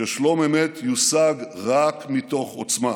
ששלום אמת יושג רק מתוך עוצמה